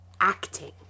acting